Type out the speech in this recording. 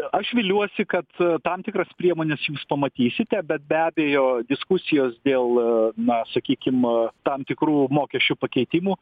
aš viliuosi kad tam tikras priemones jūs pamatysite bet be abejo diskusijos dėl na sakykim tam tikrų mokesčių pakeitimų